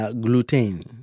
gluten